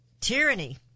Tyranny